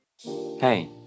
Hey